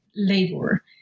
Labor